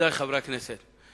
ידידי חברי הכנסת,